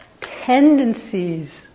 tendencies